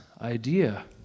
idea